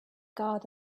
guard